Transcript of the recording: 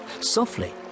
Softly